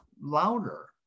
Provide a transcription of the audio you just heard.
louder